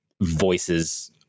voices